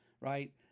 right